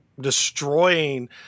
destroying